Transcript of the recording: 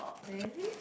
really